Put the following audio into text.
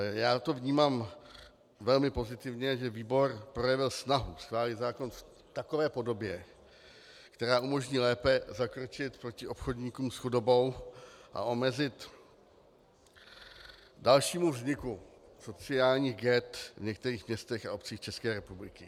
Já to vnímám velmi pozitivně, že výbor projevil snahu schválit zákon v takové podobě, která umožní lépe zakročit proti obchodníkům s chudobou a zamezit dalšímu vzniku sociálních ghet v některých městech a obcích České republiky.